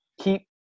keep